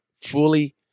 fully